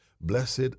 Blessed